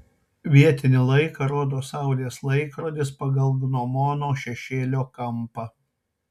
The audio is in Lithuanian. vietinį laiką rodo saulės laikrodis pagal gnomono šešėlio kampą